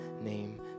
name